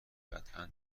قطعا